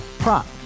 Prop